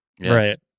Right